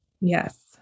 Yes